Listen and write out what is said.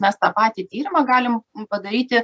mes tą patį tyrimą galim padaryti